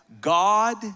God